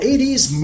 80s